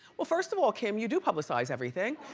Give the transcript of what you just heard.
well, first of all kim, you do publicize everything.